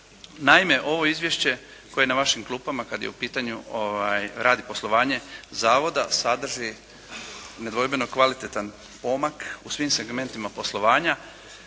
Naime ovo izvješće koje je na vašim klupama kad je u pitanju rad i poslovanje Zavoda sadrži nedvojbeno kvalitetan pomak u svim segmentima poslovanja